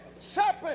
serpent